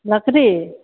लकड़ी